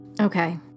Okay